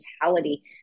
mentality